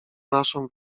naszą